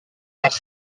par